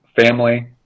family